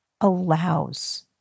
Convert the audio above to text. allows